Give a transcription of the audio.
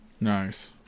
Nice